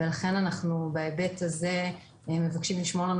לכן אנחנו בהיבט הזה מבקשים לשמור לנו